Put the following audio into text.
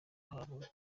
aravuga